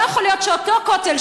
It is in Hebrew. לא יכול להיות שאותו כותל,